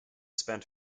spent